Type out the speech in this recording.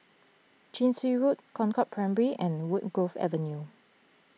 Chin Swee Road Concord Primary and Woodgrove Avenue